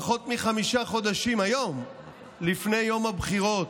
פחות מחמישה חודשים לפני יום הבחירות,